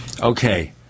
Okay